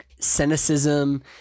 cynicism